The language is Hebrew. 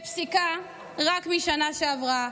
פסיקה רק מהשנה שעברה,